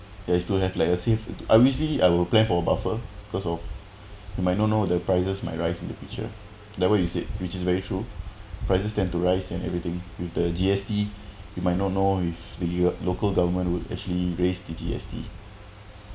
that is to have like a safe obviously I will plan for buffer cause of we might not know the prices might rise in the future that what you said which is very true prices tend to rise and everything with the G_S_T you might not know if the year local government would actually raise the G_S_T